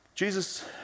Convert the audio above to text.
Jesus